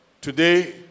Today